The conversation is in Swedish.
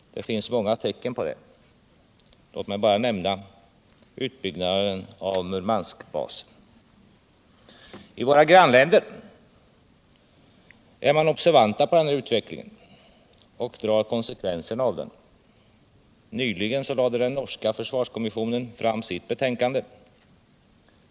Det finns många tecken på det. Låt mig bara nämna utbyggnaden av Murmanskbasen. I våra grannländer är man observant på den här utvecklingen och drar konsekvenserna av den. Nyligen lade den norska försvarskommissionen fram sitt betänkande.